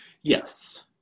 Yes